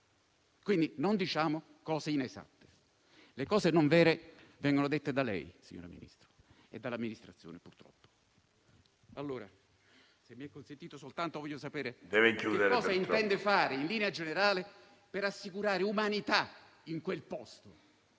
quindi non diciamo cose inesatte. Le cose non vere vengono dette da lei, signora Ministro, e dall'amministrazione purtroppo. Voglio soltanto sapere cosa intende fare, in linea generale, per assicurare umanità in quel posto: